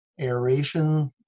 aeration